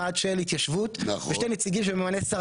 אחד של התיישבות ושני נציגים שממנה שר